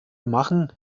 machen